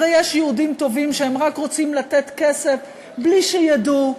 הרי יש יהודים טובים שרק רוצים לתת כסף בלי שידעו.